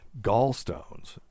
gallstones